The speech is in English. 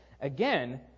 Again